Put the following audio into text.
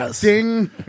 Ding